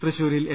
തൃശൂരിൽ എൽ